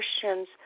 Christians